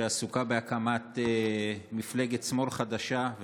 שעסוקה בהקמת מפלגת שמאל חדשה,